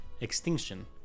Extinction